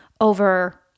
over